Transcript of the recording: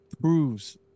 proves